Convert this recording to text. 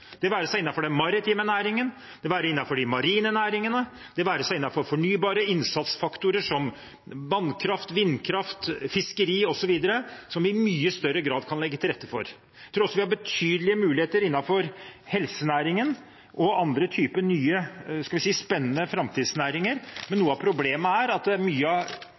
det være seg innenfor den maritime næringen, innenfor de marine næringene, innenfor fornybare innsatsfaktorer som vannkraft, vindkraft, fiskeri osv., som vi i mye større grad kan legge til rette for. Jeg tror også at vi har betydelige muligheter innenfor helsenæringen og andre typer nye – skal vi si – spennende framtidsnæringer, men noe av problemet er at mye av